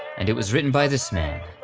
and it was written by this man,